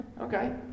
Okay